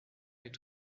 est